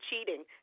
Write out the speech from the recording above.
cheating